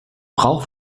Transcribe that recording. brauche